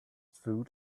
food